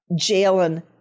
Jalen